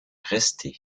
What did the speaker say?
resté